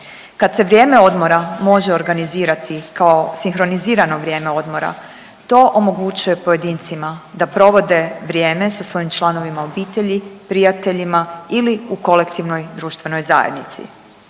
Kad se vrijeme odmora može organizirati kao sinkronizirano vrijeme odmora to omogućuje pojedincima da provode vrijeme sa svojim članovima obitelji, prijateljima ili u kolektivnoj društvenoj zajednici.